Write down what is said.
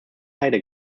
heide